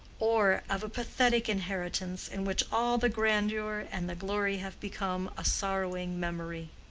or of a pathetic inheritance in which all the grandeur and the glory have become a sorrowing memory.